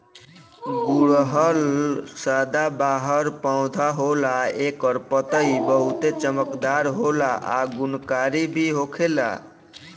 गुड़हल सदाबाहर पौधा होला एकर पतइ बहुते चमकदार होला आ गुणकारी भी होखेला